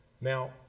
Now